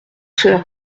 cela